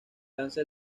lanza